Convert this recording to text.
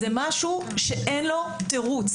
זה משהו שאין לו תירוץ.